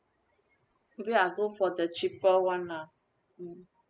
we are go for the cheaper one lah mm